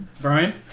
Brian